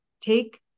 take